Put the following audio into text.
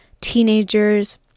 teenagers